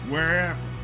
wherever